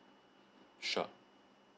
sure